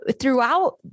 throughout